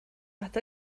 nag